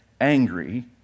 angry